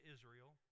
Israel